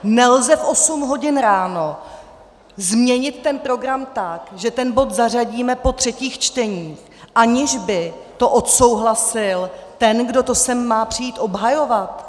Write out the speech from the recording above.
Nelze v 8 hodin ráno změnit ten program tak, že ten bod zařadíme po třetích čteních, aniž by to odsouhlasil ten, kdo to sem má přijít obhajovat.